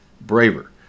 braver